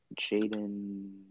Jaden